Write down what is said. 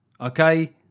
okay